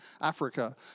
Africa